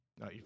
no